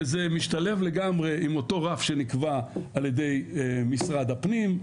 וזה משתלב לגמרי עם אותו רף שנקבע על ידי משרד הפנים,